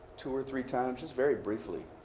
two or three times just very briefly.